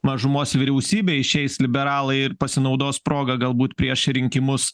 mažumos vyriausybė išeis liberalai ir pasinaudos proga galbūt prieš rinkimus